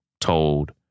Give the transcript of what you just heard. told